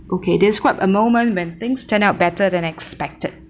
okay describe a moment when things turn out better than expected